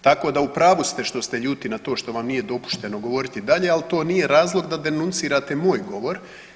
Tako da u pravu ste što ste ljudi na to što vam nije dopušteno govoriti dalje, ali to nije razlog da denuncirate moj govor.